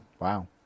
Wow